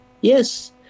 Yes